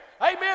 Amen